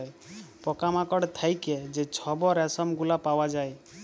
পকা মাকড় থ্যাইকে যে ছব রেশম গুলা পাউয়া যায়